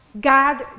God